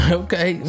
okay